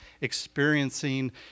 experiencing